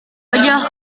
wajah